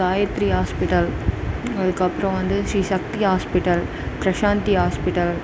Gayatri hospital அதுக்கு அப்பறோம் வந்து ஸ்ரீசக்தி ஹாஸ்பிடல் பிரசாந்தி ஹாஸ்பிடல்